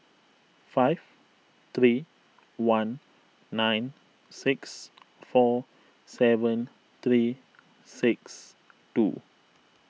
five three one nine six four seven three six two